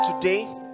today